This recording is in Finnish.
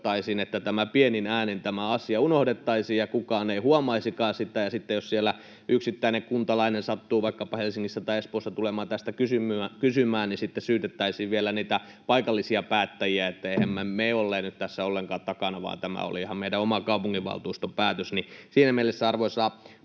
että pienin äänin tämä asia unohdettaisiin ja kukaan ei huomaisikaan sitä, ja sitten jos siellä yksittäinen kuntalainen sattuu vaikkapa Helsingissä tai Espoossa tulemaan tästä kysymään, niin syytettäisiin vielä niitä paikallisia päättäjiä, että emmehän me olleet nyt tässä ollenkaan takana, vaan tämä oli ihan meidän oman kaupunginvaltuuston päätös? Siinä mielessä, arvoisa